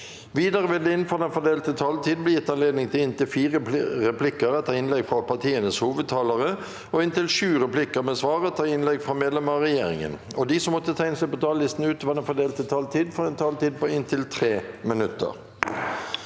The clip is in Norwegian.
Videre vil det – innenfor den fordelte taletid – bli gitt anledning til inntil fire replikker med svar etter innlegg fra partienes hovedtalere og inntil sju replikker med svar etter innlegg fra medlemmer av regjeringen. De som måtte tegne seg på talerlisten utover den fordelte taletid, får en taletid på inntil 3 minutter.